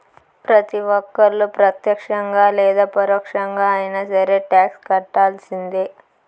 ప్రతి ఒక్కళ్ళు ప్రత్యక్షంగా లేదా పరోక్షంగా అయినా సరే టాక్స్ కట్టాల్సిందే